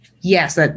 Yes